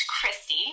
Christy